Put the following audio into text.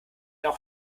auch